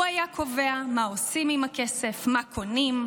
הוא היה קובע מה עושים עם הכסף, מה קונים,